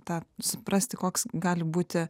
tą suprasti koks gali būti